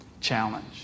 Challenge